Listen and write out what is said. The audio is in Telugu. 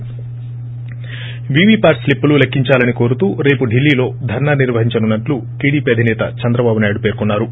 ి వీవీప్యాట్ స్లిప్పులు లెక్కించాలనికోరుతూ రేపు ఢిల్లీలో ధర్నా నిర్వహించనున్నట్లు టీడీపీ అధిసేత చంద్రబాబు నాయుడు పేర్కొన్నారు